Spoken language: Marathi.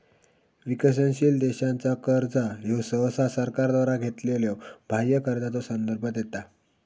विकसनशील देशांचा कर्जा ह्यो सहसा सरकारद्वारा घेतलेल्यो बाह्य कर्जाचो संदर्भ देता